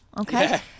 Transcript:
okay